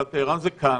אלא טהרן זה כאן,